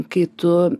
kai tu